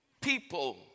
People